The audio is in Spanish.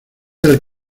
del